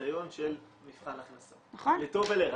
קריטריון של מבחן הכנסה, לטוב ולרע.